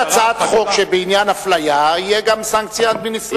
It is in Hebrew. תציע הצעת חוק שבעניין אפליה תהיה גם סנקציה אדמיניסטרטיבית.